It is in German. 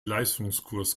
leistungskurs